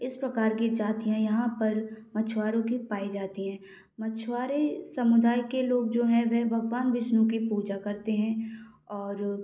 इस प्रकार की जातियाँ यहाँ पर मछुआरों के पाई जाती है मछुआरे समुदाय के लोग जो हैं वह भगवान बिष्णु के पूजा करते हैं और